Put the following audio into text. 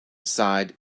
side